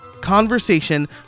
conversation